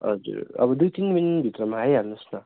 हजुर अब दुई तिन भित्रमा आइहाल्नु होस् न